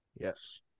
Yes